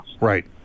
Right